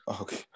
okay